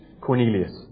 Cornelius